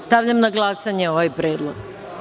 Stavljam na glasanje ovaj predlog.